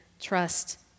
trust